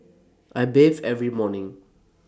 I bathe every morning